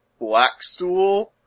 Blackstool